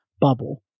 bubble